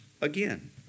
again